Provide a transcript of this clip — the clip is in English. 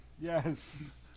Yes